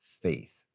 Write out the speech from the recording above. faith